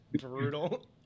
brutal